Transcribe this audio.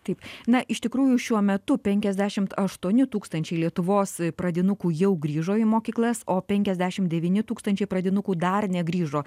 taip na iš tikrųjų šiuo metu penkiasdešimt aštuoni tūkstančiai lietuvos pradinukų jau grįžo į mokyklas o penkiasdešimt devyni tūkstančiai pradinukų dar negrįžo